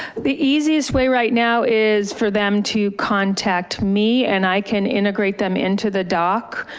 the easiest way right now is for them to contact me and i can integrate them into the dock.